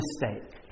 mistake